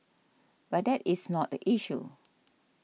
but that is not the issue